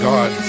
God